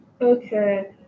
okay